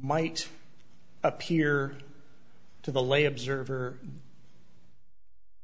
might appear to the lay observer